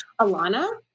Alana